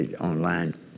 online